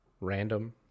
random